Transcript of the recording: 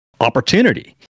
Opportunity